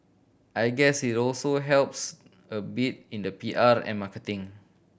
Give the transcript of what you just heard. I guess it also helps a bit in the P R and marketing